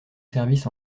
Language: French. service